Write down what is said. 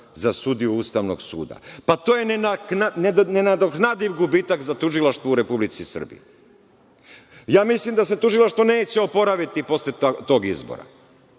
za sudiju Ustavnog suda. Pa, to je nenadoknadiv gubitak za tužilaštvo u Republici Srbiji. Ja mislim da se tužilaštvo neće oporaviti posle tog izbora.